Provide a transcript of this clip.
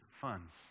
funds